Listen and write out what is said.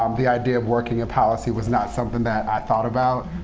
um the idea of working in policy was not something that i thought about,